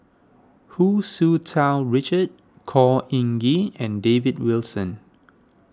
Hu Tsu Tau Richard Khor Ean Ghee and David Wilson